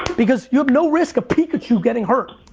because you have no risk of pikachu getting hurt.